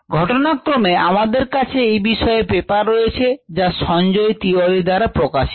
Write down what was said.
ঘটনাক্রমে আমাদের কাছে এ বিষয়ে পেপার রয়েছে যা সঞ্জয় তিওয়ারি দ্বারা প্রকাশিত